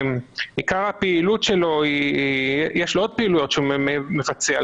יש לו עוד פעילויות שהוא מבצע.